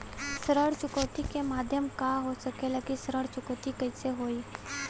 ऋण चुकौती के माध्यम का हो सकेला कि ऋण चुकौती कईसे होई?